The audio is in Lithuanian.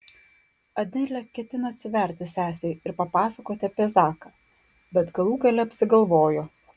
adelė ketino atsiverti sesei ir papasakoti apie zaką bet galų gale apsigalvojo